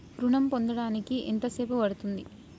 ఋణం పొందడానికి ఎంత సేపు పడ్తుంది?